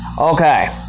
Okay